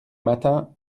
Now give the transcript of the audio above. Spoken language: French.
matins